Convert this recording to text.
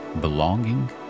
Belonging